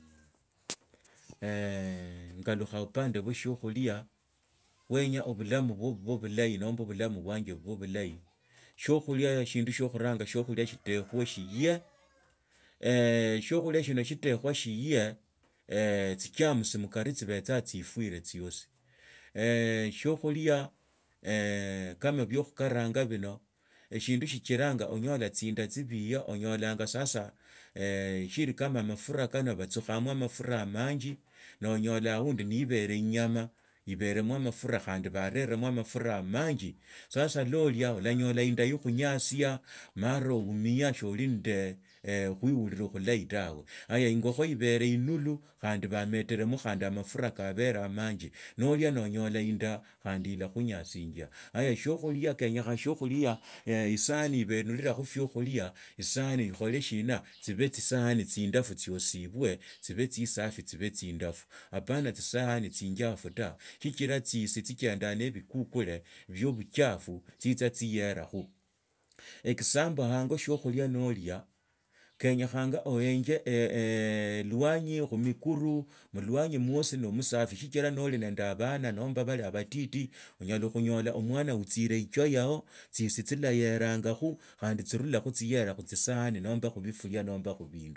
inyalukhanga mubipande bwe shiokhulia shitekwe shirye eshiokhulia shino shitekwe shiya tsigerms makari tsibetsaa tsifwire tsiasi shiokhulia kama bio khukaranga bino egindu siehoyanga onyola tsinda tsibiya onyolanya sasa shili kma marura kano batsukhamo amafsie khandi bareemo amafura amanji sasa kwo olia uranyola inda nekhunyasia maraoumia shioli nende ukhururira bulah tawe haya ingokho ibere ilulu khandi bameleramo khandi amafura kabera amanji nolia nonyola indaa khandi ilakhunyasinjia shiokhulia isaani ikhola shina tsiba toisaani tsindafu tsiosibwe tsibe tsisafi tsibee tsindafu aeana tsisaani isinjafu t sichira tsisi tsichendanga nebikukula bio bichafu itsitsa tsiherakho example hanyo shiokulia nolia kanyekhanga. Denge lwanyi khumikuru elwanyi mwosi na musafu sichira noli nende abana nomba bala abatiti onyala khunypla omwana otsire echo y abo khandi tsisi tsilayerangakho khandi tsirurakhe isiyerakhusahani nomba khubiruria nomba khubindu.